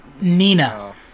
Nina